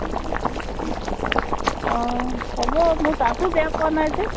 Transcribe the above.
অঁ হ'ব মোৰ তাতো বেয়া পোৱা নাই যে